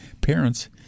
parents